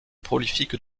prolifique